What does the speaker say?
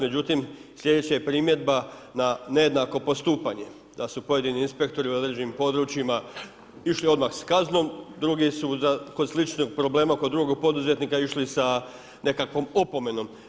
Međutim sljedeća je primjedba na nejednako postupanje, da su pojedini inspektori u određenim područjima išli odmah s kaznom, drugi su kod sličnog problema kod drugog poduzetnika išli sa nekakvom opomenom.